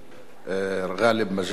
גאלב מג'אדלה,